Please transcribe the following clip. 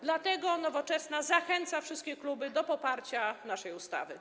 Dlatego jako Nowoczesna zachęcamy wszystkie kluby do poparcia naszej ustawy.